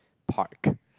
park